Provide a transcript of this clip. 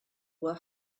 were